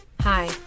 Hi